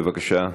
בבקשה.